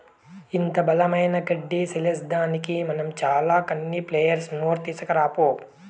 ఇంత బలమైన గడ్డి సీల్సేదానికి మనం చాల కానీ ప్లెయిర్ మోర్ తీస్కరా పో